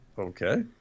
Okay